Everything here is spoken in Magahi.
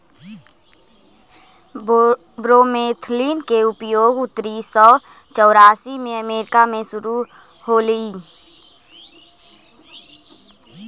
ब्रोमेथलीन के उपयोग उन्नीस सौ चौरासी में अमेरिका में शुरु होलई